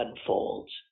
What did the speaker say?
unfolds